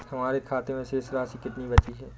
हमारे खाते में शेष राशि कितनी बची है?